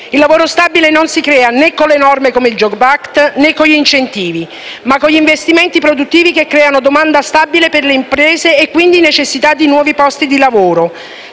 Il lavoro stabile non si crea né con le norme come il *jobs act,* né con gli incentivi, ma si crea con gli investimenti produttivi che creano domanda stabile per le imprese e quindi necessità di nuovi posti di lavoro.